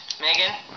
Megan